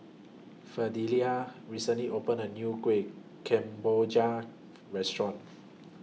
Fidelia recently opened A New Kueh Kemboja Restaurant